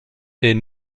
est